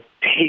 take